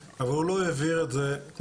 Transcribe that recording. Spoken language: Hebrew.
אני לא יודע אם הוא עשה את זה בטעות,